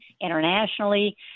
internationally